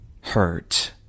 hurt